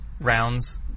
rounds